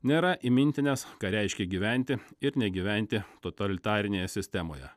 nėra įmintinęs ką reiškia gyventi ir negyventi totalitarinėje sistemoje